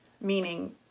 meaning